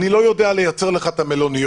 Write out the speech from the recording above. אני לא יודע לייצר לך את המלוניות,